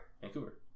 Vancouver